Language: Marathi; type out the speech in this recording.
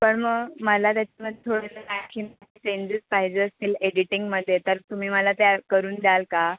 पण मग मला त्याच्यामध्ये थोडे जर आणखीन चेंजेस पाहिजे असतील एडिटिंगमध्ये तर तुम्ही मला त्या करून द्याल का